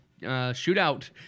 shootout